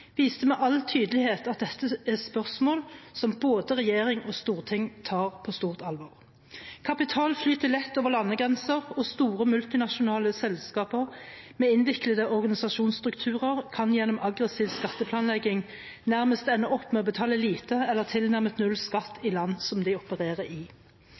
viste med all tydelighet at dette er spørsmål både regjering og storting tar på stort alvor. Kapital flyter lett over landegrenser, og store multinasjonale selskaper med innviklede organisasjonsstrukturer kan gjennom aggressiv skatteplanlegging nærmest ende opp med å betale lite eller tilnærmet null skatt i